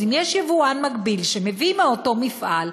אז אם יש יבואן מקביל שמביא מאותו מפעל,